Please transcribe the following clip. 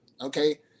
okay